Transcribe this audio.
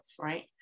right